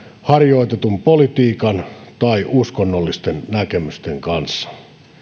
harjoitetun politiikan tai uskonnollisten näkemysten kanssa